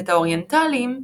ואת האוריינטלים,